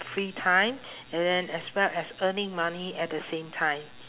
free time and then as well as earning money at the same time